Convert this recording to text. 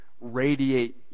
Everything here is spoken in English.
radiate